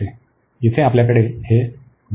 येथे आपल्याकडे हे y आहे